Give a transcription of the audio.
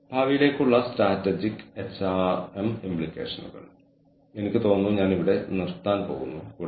കൂടാതെ തന്ത്രപ്രധാനമായ മനുഷ്യവിഭവശേഷി എങ്ങനെയായിരിക്കണമെന്ന് വിശദീകരിക്കുന്ന ചില മാതൃകകൾ ചില കാര്യങ്ങൾ ഇവയാണ്